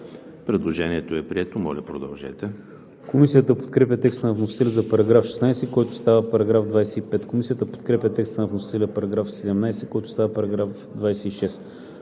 Предложението е прието. Моля, поканете